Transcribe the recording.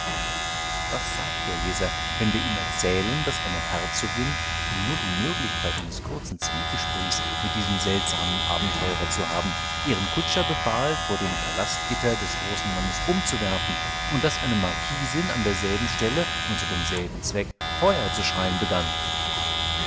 was sagt der leser wenn wir ihm erzählen daß eine herzogin um nur die möglichkeit eines kurzen zwiegesprächs mit diesem seltsamen abenteurer zu haben ihrem kutscher befahl vor dem palastgitter des großen mannes umzuwerfen und daß eine marquisin an derselben stelle und zu demselben zweck feuer zu schreien begann